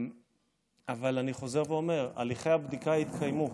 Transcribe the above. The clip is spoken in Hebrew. אבל אני חוזר ואומר: הליכי הבדיקה התקיימו,